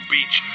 Beach